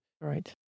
Right